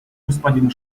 господина